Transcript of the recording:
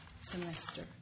semester